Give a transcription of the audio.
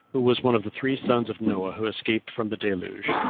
who was one of the three sons of noah who escaped from the deluge,